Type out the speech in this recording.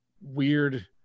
weird